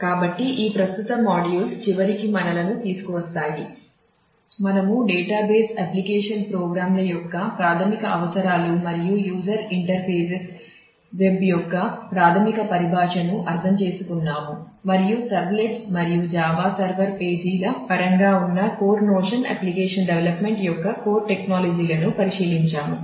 కాబట్టి ఈ ప్రస్తుత మాడ్యూల్స్ పరంగా ఉన్న కోర్ నోషన్ అప్లికేషన్ డెవలప్మెంట్ యొక్క కోర్ టెక్నాలజీలను పరిశీలించాము